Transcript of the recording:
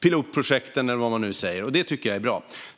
pilotprojekten, eller vad man nu säger. Det tycker jag är bra.